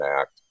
Act